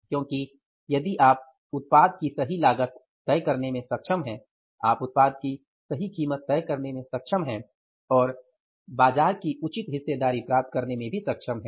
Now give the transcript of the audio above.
क्योंकि यदि आप उत्पाद की सही लागत तय करने में सक्षम हैं आप उत्पाद की सही कीमत तय करने में सक्षम हैं और बाजार की उचित हिस्सेदारी प्राप्त करने में सक्षम हैं